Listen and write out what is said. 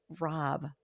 Rob